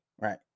right